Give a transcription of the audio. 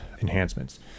enhancements